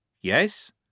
yes